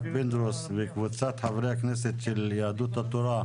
פינדרוס וקבוצת חברי הכנסת של יהדות התורה.